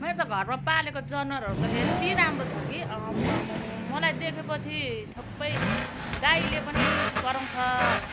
मैले त घरमा त पालेको जनावरहरू याति राम्रो छ कि आमामामा मलाई देखेपछि सबै गाईले पनि कराउँछ